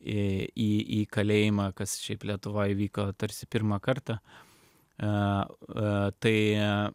į kalėjimą kas šiaip lietuvoj vyko tarsi pirmą kartą tai